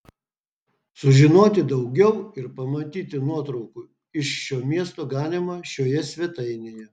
sužinoti daugiau ir pamatyti nuotraukų iš šio miesto galima šioje svetainėje